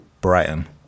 Brighton